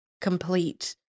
complete